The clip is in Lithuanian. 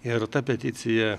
ir ta peticija